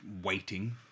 waiting